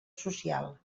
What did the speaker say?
social